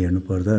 हेर्नु पर्दा